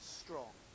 strong